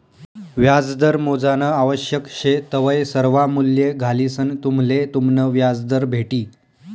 व्याजदर मोजानं आवश्यक शे तवय सर्वा मूल्ये घालिसंन तुम्हले तुमनं व्याजदर भेटी